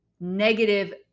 negative